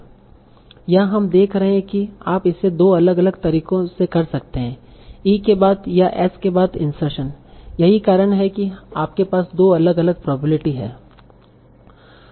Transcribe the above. यहां हम देख रहे है कि आप इसे 2 अलग अलग तरीके से कर सकते हैं e के बाद या s के बाद इंसर्शन यही कारण है कि आपके पास 2 अलग अलग प्रोबेब्लिटी हैं